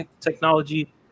technology